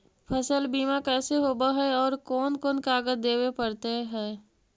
फसल बिमा कैसे होब है और कोन कोन कागज देबे पड़तै है?